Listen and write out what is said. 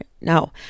No